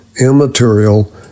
immaterial